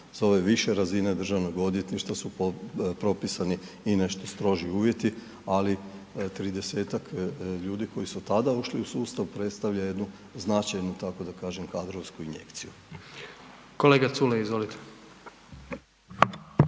Sa ove više razine DORH-a su propisani i nešto stroži uvjeti, ali 30-tak ljudi koji su tada ušli u sustav predstavljaju jednu značajnu, tako da kažem kadrovsku injekciju. **Jandroković,